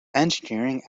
engineering